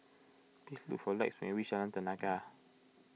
please look for Lex when you reach Jalan Tenaga